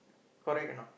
correct or not